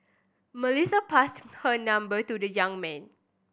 Melissa passed her number to the young man